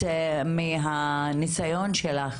מהניסיון שלך,